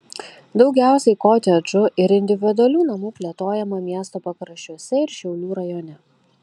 daugiausiai kotedžų ir individualių namų plėtojama miesto pakraščiuose ir šiaulių rajone